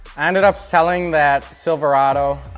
ended up selling that silverado.